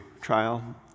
trial